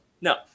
No